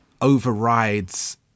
overrides